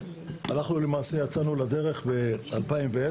אנחנו, למעשה, יצאנו לדרך ב-2010,